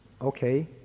okay